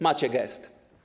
Macie gest.